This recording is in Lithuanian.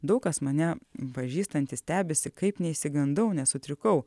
daug kas mane pažįstantys stebisi kaip neišsigandau nesutrikau